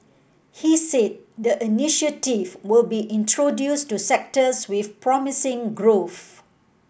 he said the initiative will be introduced to sectors with promising growth